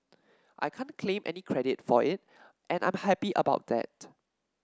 I can't claim any credit for it and I'm happy about that